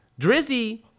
Drizzy